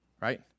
right